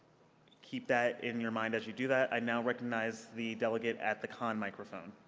keep that in your mind as you do that. i now recognize the delegate at the con microphone.